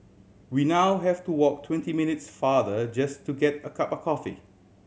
we now have to walk twenty minutes farther just to get a cup of coffee